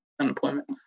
unemployment